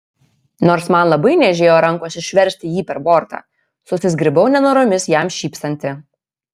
nors man labai niežėjo rankos išversti jį per bortą susizgribau nenoromis jam šypsanti